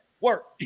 work